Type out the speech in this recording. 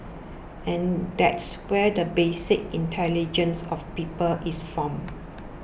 and that's where the basic intelligence of people is formed